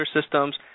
systems